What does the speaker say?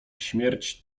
śmierć